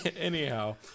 Anyhow